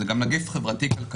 זה גם נגיף חברתי-כלכלי.